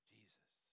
Jesus